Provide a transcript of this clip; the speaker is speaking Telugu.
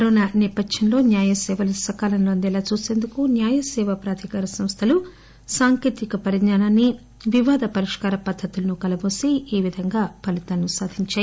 కరోనా సేపథ్యంలో న్యాయ సేవలు సకాలంలో అందేలా చూసేందుకు న్యాయ సేవా ప్రాధికార సంస్ట లు సాంకేతిక పరిజ్ఞానాన్ని వివాద పరిష్కార పద్దతులను కలబోసి ఈ విధంగా ఫలితాలు సాధించాయి